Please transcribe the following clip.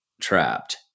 trapped